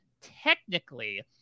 technically